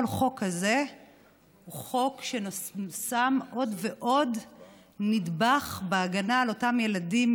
כל חוק כזה הוא חוק ששם עוד ועוד נדבך בהגנה על אותם ילדים,